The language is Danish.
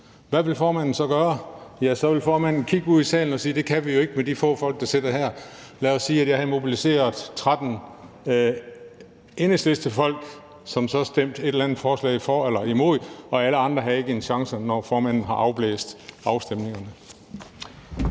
hvad ville formanden så gøre? Ja, så ville formanden kigge ud i salen og sige: Det kan vi jo ikke med de få folk, der sidder her. Lad os sige, at jeg havde mobiliseret 13 Enhedslistefolk, som så havde stemt for eller imod et eller andet forslag, og alle andre ikke havde en chance, når formanden havde afblæst afstemningen.